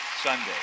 Sunday